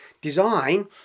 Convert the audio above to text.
design